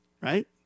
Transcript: right